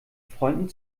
freunden